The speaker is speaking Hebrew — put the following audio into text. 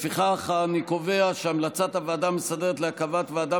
לפיכך אני קובע שהמלצת הוועדה המסדרת להקמת ועדה